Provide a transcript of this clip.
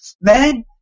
man